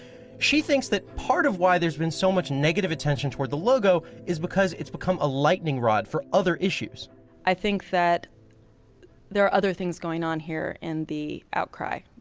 she thinks that part of why there's been so much negative attention toward the logo is because it's become a lightning rod for other issues i think that there are other things going on here in and the outcry.